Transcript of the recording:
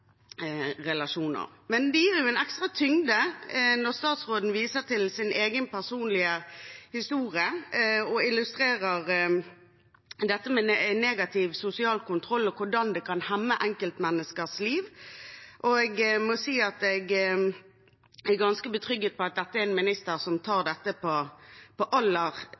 relasjoner. Det gir en ekstra tyngde når statsråden viser til sin egen personlige historie og illustrerer negativ sosial kontroll og hvordan det kan hemme enkeltmenneskers liv, og jeg må si jeg er ganske trygg på at dette er en minister som tar dette på det aller, aller største alvor. Jeg har også hatt gleden av å høre en engasjert minister på